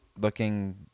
looking